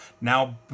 Now